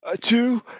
two